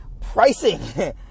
pricing